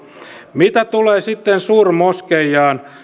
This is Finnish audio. mitä tulee sitten suurmoskeijaan